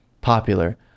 popular